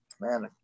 man